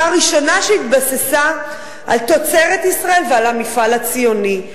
הראשונה שהתבססה על תוצרת ישראל ועל המפעל הציוני.